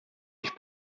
ich